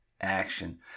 action